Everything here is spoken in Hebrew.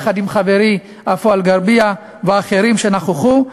יחד עם חברי עפו אגבאריה ואחרים שנכחו.